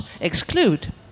exclude